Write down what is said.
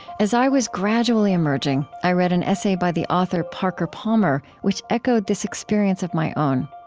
as i was gradually emerging, i read an essay by the author parker palmer, which echoed this experience of my own.